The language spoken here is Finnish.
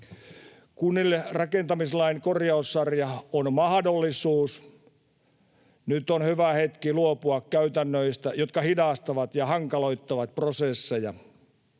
Kunnille rakentamislain korjaussarja on mahdollisuus. Nyt on hyvä hetki luopua käytännöistä, jotka hidastavat ja hankaloittavat prosesseja.